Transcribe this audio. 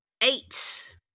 Eight